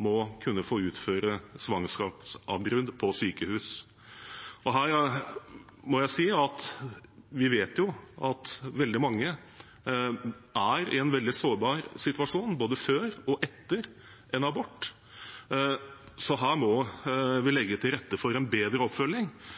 må kunne få utført svangerskapsavbrudd på sykehus. Vi vet jo at veldig mange er i en veldig sårbar situasjon både før og etter en abort. Her må vi legge til rette for en bedre oppfølging.